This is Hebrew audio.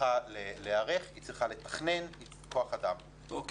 צריכה לתכנן ולהיערך לכוח אדם.